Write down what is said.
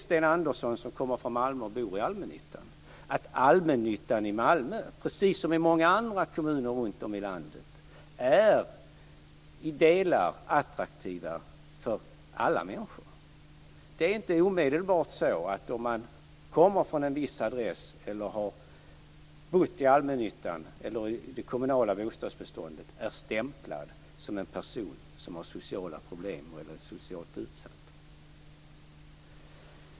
Sten Andersson, som kommer från Malmö och bor i allmännyttan, vet att allmännyttan i Malmö precis som i många andra kommuner runt om i landet i vissa delar är attraktiva för alla människor. Det är inte omedelbart så att man, om man kommer från en viss adress eller har bott i allmännyttan eller det kommunala bostadsbeståndet, är stämplad som en person som har sociala problem eller är socialt utsatt.